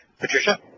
Patricia